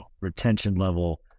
retention-level